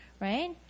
right